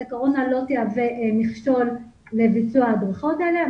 הקורונה לא תהווה מכשול לביצוע ההדרכות האלה.